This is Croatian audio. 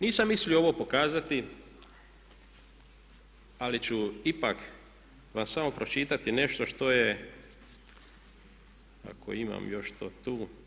Nisam mislio ovo pokazati ali ću ipak vam samo pročitati nešto što je, ako imam još to tu.